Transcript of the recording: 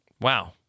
Wow